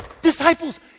disciples